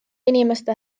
inimeste